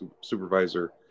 supervisor